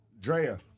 Drea